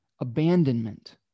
abandonment